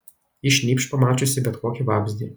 ji šnypš pamačiusi bet kokį vabzdį